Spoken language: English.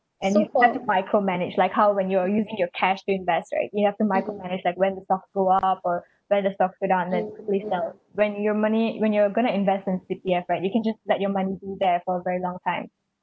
and you tend to micromanage like how when you're using your cash to invest right you have to micromanage like when the stock go up or when the stock go down and then you sell when your money when you're going to invest with C_P_F right you can just let your money be there for a very long time